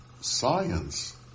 science